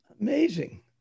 Amazing